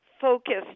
focused